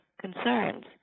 concerns